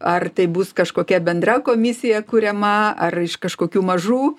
ar tai bus kažkokia bendra komisija kuriama ar iš kažkokių mažų